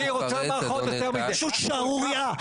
זו פשוט שערורייה.